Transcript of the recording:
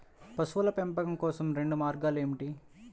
పశువుల పెంపకం కోసం రెండు మార్గాలు ఏమిటీ?